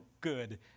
good